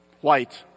White